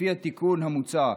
לפי התיקון המוצע,